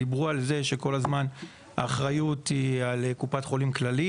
דיברו על זה שכל הזמן האחריות היא על קופת חולים כללית